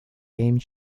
game